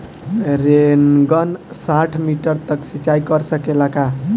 Rain gun साठ metre तक सिचाई कर सकेला का?